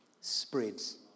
spreads